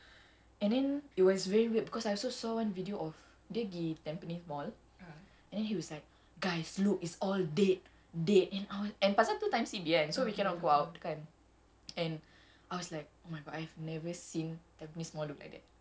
and then it was very weird because I also saw one video of dia pergi tampines mall and he was like guys look it's all dead dead and I was and pasal tu time C_B kan so we cannot go out kan and I was like oh my god I've never seen tampines mall look like that